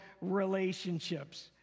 relationships